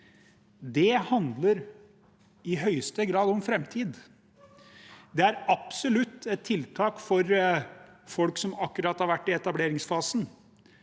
Det handler i høyeste grad om framtid. Det er absolutt et tiltak for folk som akkurat har vært i etableringsfasen,